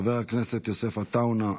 חבר הכנסת יוסף עטאונה,